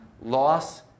loss